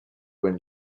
when